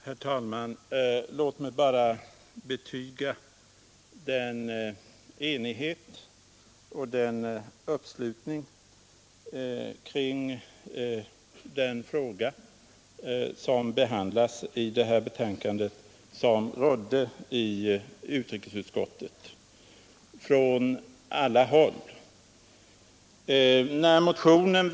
Herr talman! Låt mig bara betyga den enighet och uppslutning från alla håll som rådde i utrikesutskottet kring behandlingen av denna fråga.